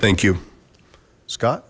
thank you scott